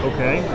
Okay